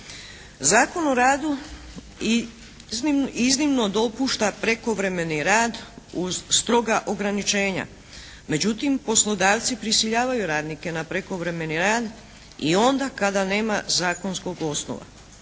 Zakon o radu iznimno dopušta prekovremeni rad uz stroga ograničenja. Međutim poslodavci prisiljavaju radnike na prekovremeni rad i onda kada nema zakonskog osnova.